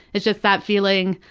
it's just that feeling,